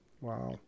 Wow